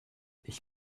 ich